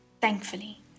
thankfully